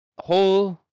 Whole